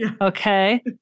Okay